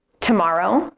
tomorrow,